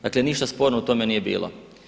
Dakle ništa sporno u tome nije bilo.